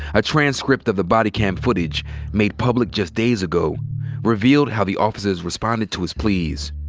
a transcript of the body cam footage made public just days ago revealed how the officers responded to his pleas.